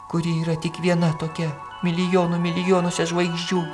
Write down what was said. kuri yra tik viena tokia milijonų milijonuose žvaigždžių